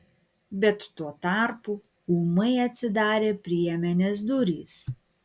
bet tuo tarpu ūmai atsidarė priemenės durys